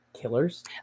killers